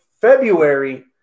February